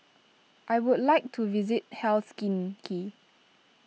I would like to visit Helsinki